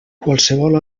qualsevol